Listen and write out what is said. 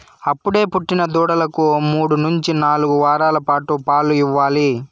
అప్పుడే పుట్టిన దూడలకు మూడు నుంచి నాలుగు వారాల పాటు పాలు ఇవ్వాలి